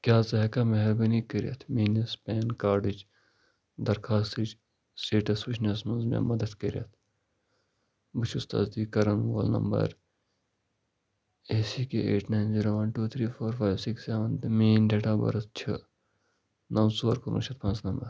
کیٛاہ ژٕ ہٮ۪کہٕ کھا مہربٲنی کٔرتھ میٛٲنِس پین کارڈٕچ درخاستٕچ سٕٹیٹَس وٕچھنَس منٛز مےٚ مدتھ کٔرتھ بہٕ چھُس تصدیٖق کرن وول number A C K eight nine zero one two three four five six seven تہٕ میٛٲنۍ ڈیٹ آف بٔرٕتھ چھِ نَو ژور کُنہٕ وُہ شَتھ پانٛژھ نَمتھ